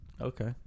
Okay